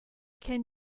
can